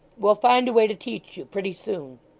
we'll find a way to teach you, pretty soon